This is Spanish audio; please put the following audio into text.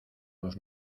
los